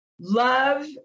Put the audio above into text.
Love